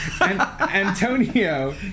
Antonio